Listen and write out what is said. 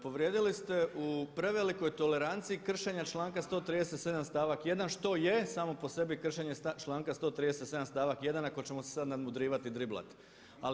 Povrijedili ste u prevelikoj toleranciji kršenja članka 137. stavak 1. što je samo po sebi kršenje članka 137. stavak 1. ako ćemo se sad nadmudrivati i driblati.